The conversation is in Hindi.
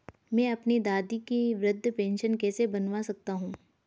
मैं अपनी दादी की वृद्ध पेंशन कैसे बनवा सकता हूँ?